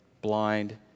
blind